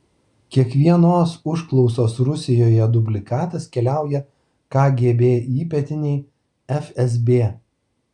kiekvienos užklausos rusijoje dublikatas keliauja kgb įpėdinei fsb